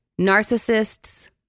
narcissists